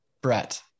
brett